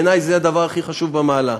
בעיני, זה הדבר הכי חשוב, ראשון במעלה.